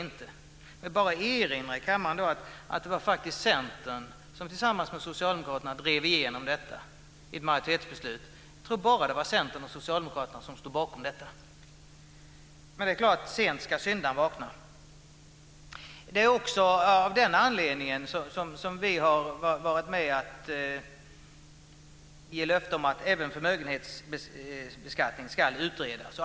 Jag vill bara erinra kammaren om att det faktiskt var Centern som tillsammans med Socialdemokraterna drev igenom detta i ett majoritetsbeslut. Jag tror att det var bara Centern och Socialdemokraterna som stod bakom detta. Men det är klart: Sent ska syndarn vakna. Det är av den anledningen vi har varit med och gett löfte om att även förmögenhetsbeskattning ska utredas.